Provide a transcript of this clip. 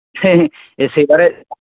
এই সেইবারে